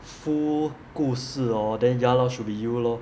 full 故事 hor then ya lor should be you lor